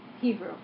Hebrew